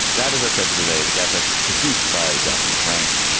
that is our show for today. the gabfest is produced by jocelyn frank.